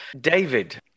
David